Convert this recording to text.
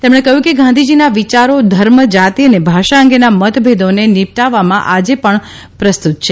તેમણે કહ્યું કે ગાંધીજીના વિયારો ધર્મ જાતિ અને ભાષા અંગેના મતભેદોને નિપટાવવામાં આજે પણ પ્રસ્તુત છે